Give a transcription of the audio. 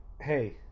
hey